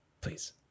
Please